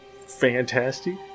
fantastic